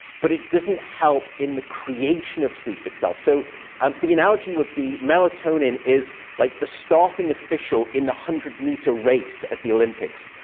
but it doesn't help in the creation of sleep itself. so um the analogy would be melatonin is like the starting official in the one hundred meter race at the olympics.